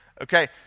Okay